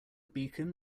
beacon